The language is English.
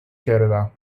kerala